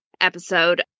episode